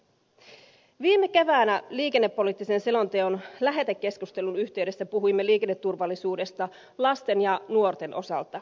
viime keväänä liikennepoliittisen selonteon lähetekeskustelun yhteydessä puhuimme liikenneturvallisuudesta lasten ja nuorten osalta